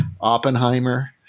Oppenheimer